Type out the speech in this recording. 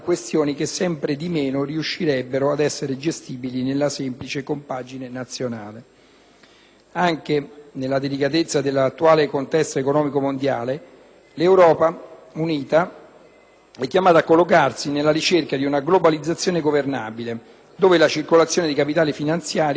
Anche nella delicatezza dell'attuale contesto economico mondiale l'Europa unita è chiamata a prendere posizione nella ricerca di una globalizzazione governabile in cui la circolazione di capitali finanziari si lega inscindibilmente ad una maggiore circolazione di beni ed anche di persone.